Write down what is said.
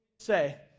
say